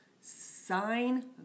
sign